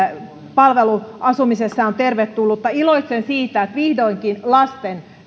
palveluasumisessa mikä on tervetullutta iloitsen siitä että vihdoinkin lasten